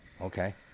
okay